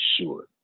sure